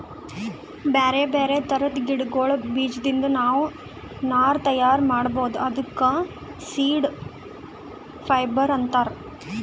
ಬ್ಯಾರೆ ಬ್ಯಾರೆ ಥರದ್ ಗಿಡಗಳ್ ಬೀಜದಿಂದ್ ನಾವ್ ನಾರ್ ತಯಾರ್ ಮಾಡ್ಬಹುದ್ ಅದಕ್ಕ ಸೀಡ್ ಫೈಬರ್ ಅಂತಾರ್